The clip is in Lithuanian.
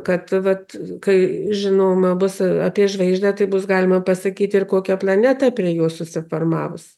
kad vat kai žinoma bus apie žvaigždę tai bus galima pasakyti ir kokia planeta prie jo susiformavus